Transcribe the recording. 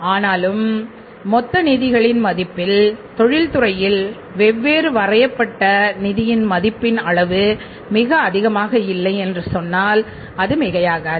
ஆனால் மொத்த நிதிகளின் மதிப்பில் தொழில்துறையில் வெவ்வேறு வரையப்பட்ட நிதிகளின் மதிப்பின் அளவு மிக அதிகமாக இல்லை என்று சொன்னால் அது மிகையாகாது